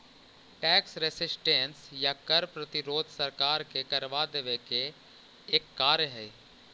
tax resistance या कर प्रतिरोध सरकार के करवा देवे के एक कार्य हई